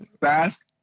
fast